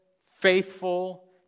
faithful